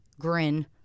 grin